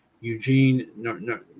Eugene